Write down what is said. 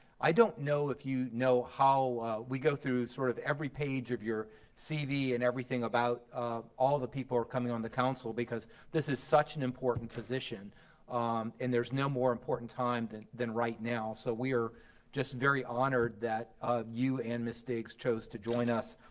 i don't know if you know how we go through sort of every page of your cv and everything about all the people coming on the council because this is such an important position and there's no more important time than than right now, so we are just very honored that you and ms. diggs chose to join us.